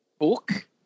Book